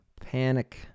panic